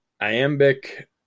iambic